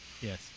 Yes